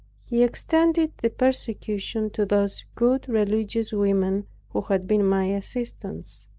he extended the persecution to those good religious women who had been my assistants.